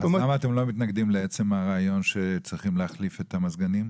אז למה אתם לא מתנגדים לעצם הרעיון שצריכים להחליף את המזגנים?